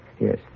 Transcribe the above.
Yes